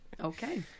Okay